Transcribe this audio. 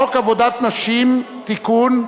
חוק עבודת נשים (תיקון,